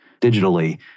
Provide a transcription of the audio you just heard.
digitally